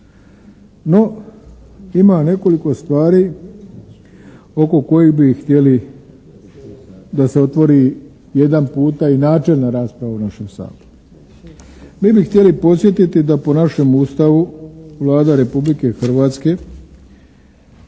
No, ima nekoliko stvari oko kojih bi htjeli da se otvori jedan puta i načelna rasprava u našem Saboru. Mi bi htjeli podsjetiti da po našem Ustavu Vlada Republike Hrvatske